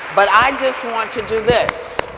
but i just want to do this